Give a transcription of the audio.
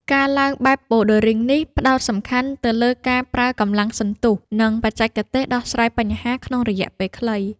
ការឡើងបែបប៊ូលឌើរីងនេះ ផ្ដោតសំខាន់ទៅលើការប្រើកម្លាំងសន្ទុះ និងបច្ចេកទេសដោះស្រាយបញ្ហាក្នុងរយៈពេលខ្លី។